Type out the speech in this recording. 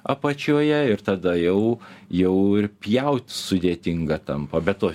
apačioje ir tada jau jau ir pjaut sudėtinga tampa be to